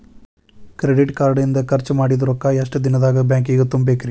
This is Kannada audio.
ಕ್ರೆಡಿಟ್ ಕಾರ್ಡ್ ಇಂದ್ ಖರ್ಚ್ ಮಾಡಿದ್ ರೊಕ್ಕಾ ಎಷ್ಟ ದಿನದಾಗ್ ಬ್ಯಾಂಕಿಗೆ ತುಂಬೇಕ್ರಿ?